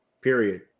period